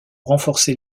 renforcer